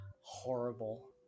horrible